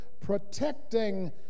protecting